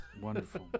wonderful